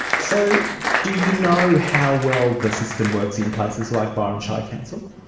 so do you know how well the system works in places like byron shire council?